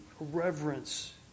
reverence